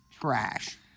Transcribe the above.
Trash